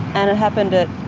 and it happened at